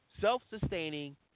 self-sustaining